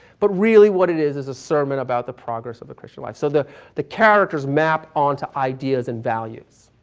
but really what it is is a sermon about the progress of the christian life. so the the characters map onto ideas and values.